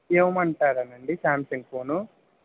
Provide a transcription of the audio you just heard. ఇవ్వమంటారానండి Samsung phone